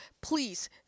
Please